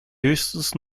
höchstens